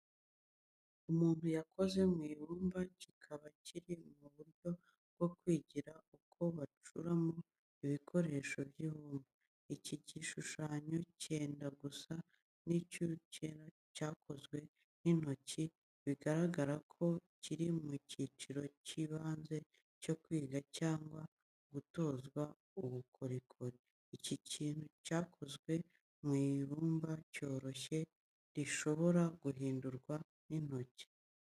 Umuntu yakoze mu ibumba kikaba kiri mu buryo bwo kwigira uko bacuramo ibikoresho by’ibumba. Iki gishushanyo cyenda gusa n’uducyeme cyakozwe n’intoki bigaragara ko kiri mu cyiciro cy’ibanze cyo kwiga cyangwa gutozwa ubukorikori. Iki kintu cyakozwe mu ibumba ryoroshye rishobora guhindurwa n’intoki.